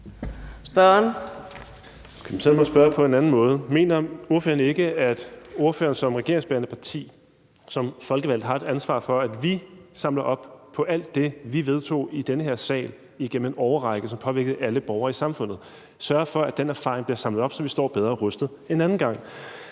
måde. Mener ordføreren ikke, at ordføreren, som er fra et regeringsbærende parti og folkevalgt, har et ansvar for, at vi samler op på alt det, vi vedtog i den her sal igennem en årrække, og som påvirkede alle borgere i samfundet, og sørger for, at den erfaring bliver samlet op, så vi står bedre rustet en anden gang?